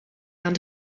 aan